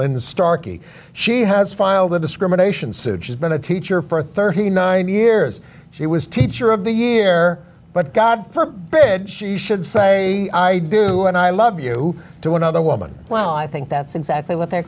lynn starkey she has filed a discrimination suit she's been a teacher for thirty nine years she was teacher of the year but god forbid she should say i do and i love you to another woman well i think that's exactly what they're